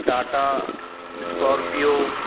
Tata scorpio